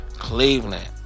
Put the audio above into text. Cleveland